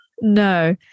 No